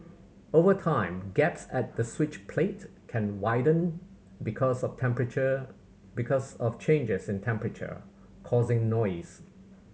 over time gaps at the switch plate can widen because of temperature because of changes in temperature causing noise